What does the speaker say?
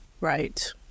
Right